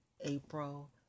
April